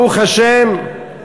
ברוך השם,